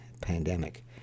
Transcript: pandemic